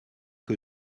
que